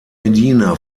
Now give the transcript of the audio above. medina